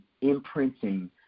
imprinting